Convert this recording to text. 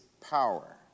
power